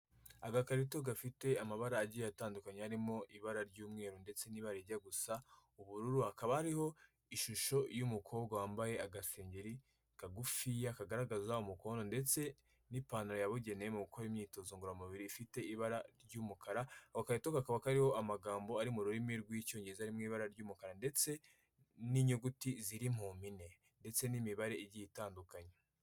Agakarito gafite amabara agiye atandukanye, harimo ibara ry'umweru ndetse n'ibara rijya gusa ubururu, hakaba hariho ishusho y'umukobwa wambaye agasengeri kagufi kagaragaza umukondo ndetse n'ipantaro yabugenewe mu gukora imyitozo ngororamubiri ifite ibara ry'umukara, ako gakarito kakaba kariho amagambo ari mu rurimi rw'Icyongereza mu ibara ry'umukara ndetse n'inyuguti ziri mu mpine ndetse n'imibare igiye itandukanye.